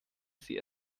sie